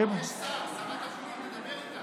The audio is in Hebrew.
יש שר, שרת הפנים, תדבר איתה.